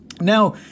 Now